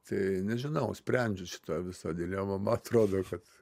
tai nežinau sprendžiu šitą visą dilemą ma trodo kad